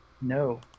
No